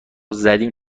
زدیم